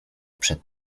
przed